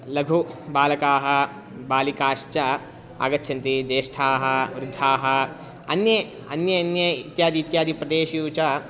लघुबालकाः बालिकाश्च आगच्छन्ति ज्येष्ठाः वृद्धाः अन्ये अन्ये अन्ये इत्यादयः इत्यादिषु प्रदेशेषु च